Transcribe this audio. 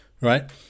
right